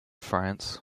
france